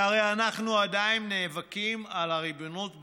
אנחנו עדיין נאבקים על הריבונות בעיר,